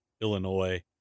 Illinois